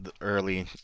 early